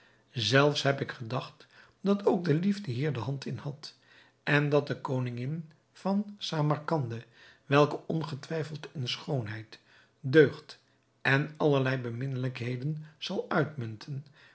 zelfs heb ik gedacht dat ook de liefde hier de hand in had en dat de koningin van samarcande welke ongetwijfeld in schoonheid deugd en allerlei beminnelijkheden zal uitmunten